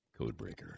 Codebreaker